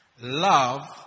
Love